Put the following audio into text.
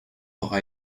aura